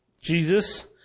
Jesus